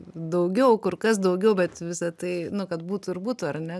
daugiau kur kas daugiau bet visa tai nu kad būtų ir būtų ar ne